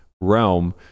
realm